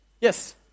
Yes